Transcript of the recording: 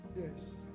Yes